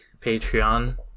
Patreon